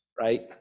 right